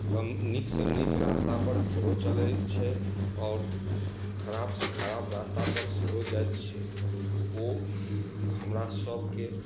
कम नीकसँ नीक रास्ता पर सेहो चलै छै आओर खराबसँ खराब रास्ता पर सेहो जाइ छै ओ हमरा सभके